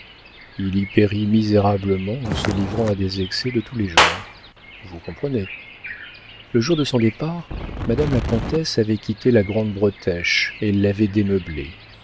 il y périt misérablement en se livrant à des excès de tous les genres vous comprenez le jour de son départ madame la comtesse avait quitté la grande bretèche et l'avait démeublée